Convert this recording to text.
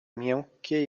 miękkie